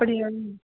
அப்படியா